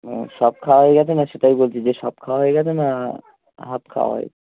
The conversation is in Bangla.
ও সব খাওয়া হয়ে গেছে না সেটাই বলছি যে সব খাওয়া হয়ে গেছে না হাফ খাওয়া হয়ে